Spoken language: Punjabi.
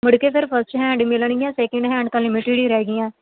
ਮੁੜ ਕੇ ਫਿਰ ਫਸਟ ਹੈਂਡ ਮਿਲਣਗੀਆਂ ਸੈਕਿੰਡ ਹੈਂਡ ਤਾਂ ਲਿਮਿਟਿਡ ਹੀ ਰਹਿ ਗਈਆਂ